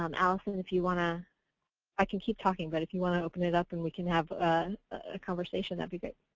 um allison, if you want to i can keep talking, but if you want to open it up and we can have a conversation, that would be great.